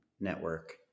network